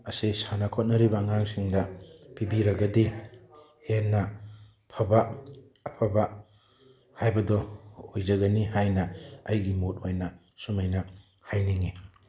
ꯑꯁꯦ ꯁꯥꯟꯅ ꯈꯣꯠꯅꯔꯤꯕ ꯑꯉꯥꯡꯁꯤꯡꯗ ꯄꯤꯕꯤꯔꯒꯗꯤ ꯍꯦꯟꯅ ꯐꯕ ꯑꯐꯕ ꯍꯥꯏꯕꯗꯣ ꯑꯣꯏꯖꯒꯅꯤ ꯍꯥꯏꯅ ꯑꯩꯒꯤ ꯃꯣꯠ ꯑꯣꯏꯅ ꯁꯨꯃꯥꯏꯅ ꯍꯥꯏꯅꯤꯡꯏ